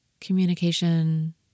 communication